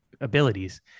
abilities